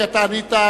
כי אתה ענית,